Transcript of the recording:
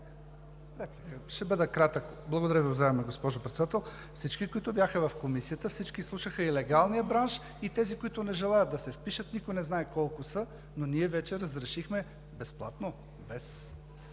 ще бъда кратък, уважаема госпожо Председател. Всички, които бяха в Комисията, слушаха – и легалният бранш, и тези, които не желаят да се впишат. Никой не знае колко са, но ние вече разрешихме да се